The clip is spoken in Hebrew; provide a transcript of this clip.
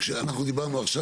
כשאנחנו דיברנו עכשיו,